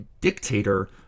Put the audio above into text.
dictator